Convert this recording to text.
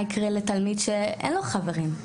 מה יקרה לתלמיד שאין לו חברים?